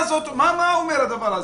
מה אומר הדבר הזה?